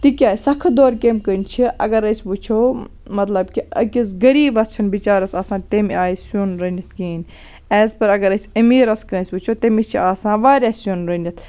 تِکیازِ سَخت دور کمہِ کٔنۍ چھُ اَگر أسۍ وُچھو مطلب کہِ أکِس غریٖبَس چھُنہٕ بِچارَس آسان تَمہِ آیہِ سیُن رٔنِتھ کِہینۍ ایز پر اَگر أسۍ أمیٖرَس کٲنسہِ وُچھو تٔمِس چھُ آسان واریاہ سیُن رٔنِتھ